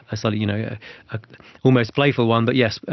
ah so you know yeah ah almost playful one. but yes,